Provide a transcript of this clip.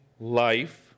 life